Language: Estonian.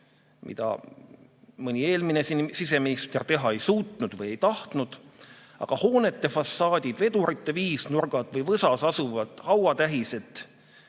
mida mõni eelmine siseminister ei suutnud või ei tahtnud teha. Aga hoonete fassaadid, vedurite viisnurgad või võsas asuvad hauatähised?